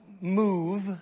move